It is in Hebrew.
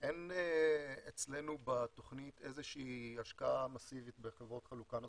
אין אצלנו בתכנית איזושהי השקעה מסיבית בחברות חלוקה נוספות.